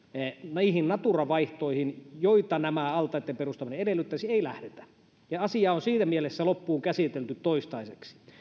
niihin natura vaihtoihin joita näitten altaitten perustaminen edellyttäisi ei lähdetä ja asia on siinä mielessä loppuun käsitelty toistaiseksi